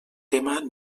tema